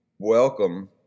Welcome